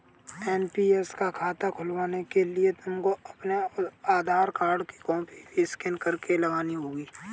NPS का खाता खुलवाने के लिए तुमको अपने आधार कार्ड की कॉपी भी स्कैन करके लगानी होगी